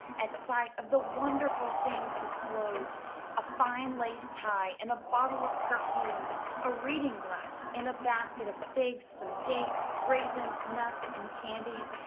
at sight of the wonderful things disclosed a fine lace tie and a bottle of perfume a reading-glass and a basket of figs some dates, raisins, nuts, and candies,